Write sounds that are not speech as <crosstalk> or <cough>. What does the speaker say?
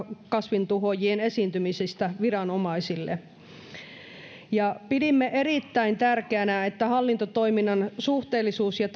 kasvintuhoojien esiintymisistä viranomaisille pidimme erittäin tärkeänä että hallintotoiminnan suhteellisuus ja <unintelligible>